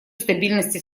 стабильности